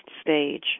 stage